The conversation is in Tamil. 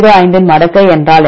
05 இன் மடக்கை என்றால் என்ன